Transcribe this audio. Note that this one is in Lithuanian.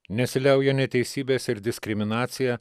nesiliauja neteisybės ir diskriminacija